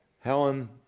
Helen